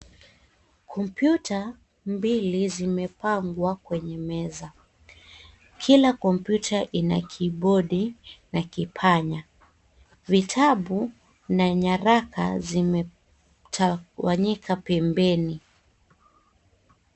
Kompyuta mbili zimepangwa kwenye meza, kila kompyuta Ina kibodi na kipanya, vitabu na nyaraka zimetawanyika pembeni.